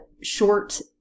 short